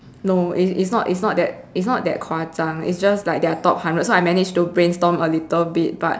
no it's not it's not that it's not that 夸张 it's just like their top hundred so I manage to brainstorm a little bit but